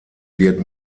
wird